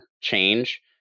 change